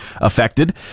affected